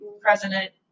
president